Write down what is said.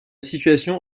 situation